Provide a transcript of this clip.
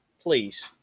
please